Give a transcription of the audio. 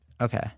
Okay